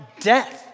death